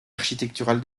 architecturale